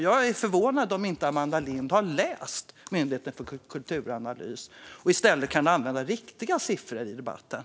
Jag är förvånad om Amanda Lind inte har läst rapporten från Myndigheten för kulturanalys så att hon i stället kan använda riktiga siffror i debatten.